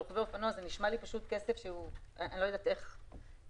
לרוכבי אופנוע זה נשמע לי כסף לא כזה גדול,